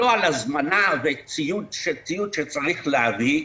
לא על הזמנה וציוד שצריך להביא.